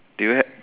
do you have